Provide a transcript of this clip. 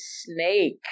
snake